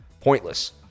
Pointless